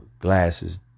glasses